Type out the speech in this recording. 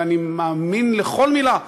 ואני מאמין לכל מילה שלו,